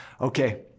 Okay